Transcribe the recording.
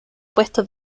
puesto